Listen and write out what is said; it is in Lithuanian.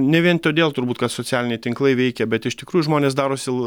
ne vien todėl turbūt kad socialiniai tinklai veikia bet iš tikrųjų žmonės darosi